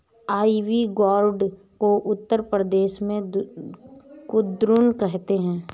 ivy gourd को उत्तर प्रदेश में कुद्रुन कहते हैं